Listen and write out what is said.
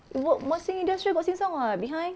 work marsiling the street got Sheng Siong [what] behind